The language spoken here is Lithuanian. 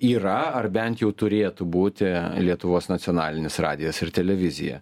yra ar bent jau turėtų būti lietuvos nacionalinis radijas ir televizija